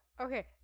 Okay